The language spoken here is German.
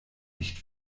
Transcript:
nicht